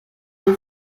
isso